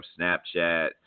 snapchat